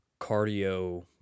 cardio